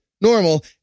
normal